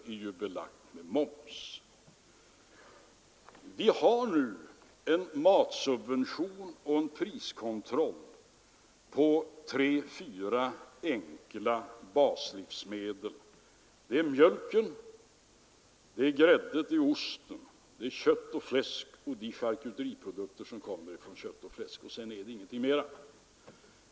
Vi har subventionerat och priskontrollerar tre till fyra enkla baslivsmedel — mjölk, grädde, ost, kött och fläsk samt de charkuteriprodukter som kommer från kött och fläsk.